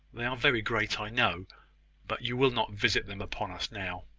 they are very great, i know but you will not visit them upon us now.